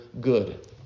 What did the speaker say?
good